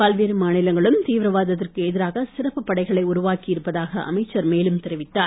பல்வேறு மாநிலங்களும் தீவிரவாதத்திற்கு எதிராக சிறப்பு படைகளை உருவாக்கி இருப்பதாக அமைச்சர் மேலும் தெரிவித்தார்